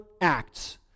acts